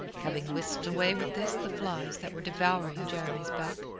having whisked away with this the flies that were devouring jeremy's back,